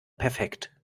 perfekt